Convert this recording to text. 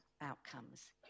outcomes